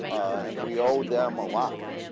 and we owe them a lot.